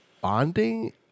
bonding